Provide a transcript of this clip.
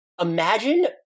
Imagine –